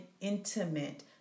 intimate